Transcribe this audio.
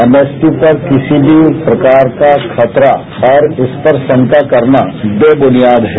MSP पर किसी भी प्रकार का खतरा और उस पर शंका करना बेबुनियाद है